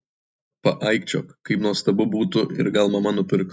paaikčiok kaip nuostabu būtų ir gal mama nupirks